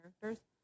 characters